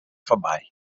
foarby